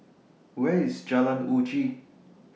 Where IS Jalan Uji